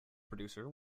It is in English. producer